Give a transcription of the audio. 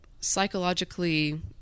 psychologically